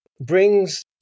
brings